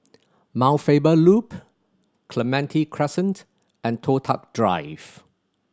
Mount Faber Loop Clementi Crescent and Toh Tuck Drive